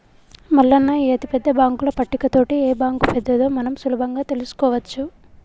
మల్లన్న ఈ అతిపెద్ద బాంకుల పట్టిక తోటి ఏ బాంకు పెద్దదో మనం సులభంగా తెలుసుకోవచ్చు